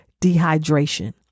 dehydration